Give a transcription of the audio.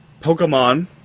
Pokemon